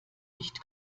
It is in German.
nicht